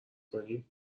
کنی